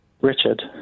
Richard